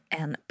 en